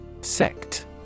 Sect